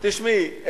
תשמעי,